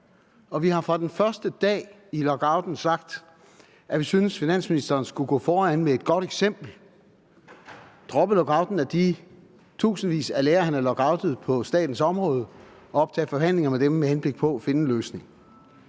og vi har fra første dag i lockouten sagt, at vi synes, at finansministeren skulle gå foran med et godt eksempel, droppe lockouten af de tusindvis af lærere, han havde lockoutet på statens område, og optage forhandlinger med dem med henblik på at finde en løsning,